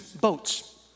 boats